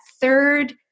third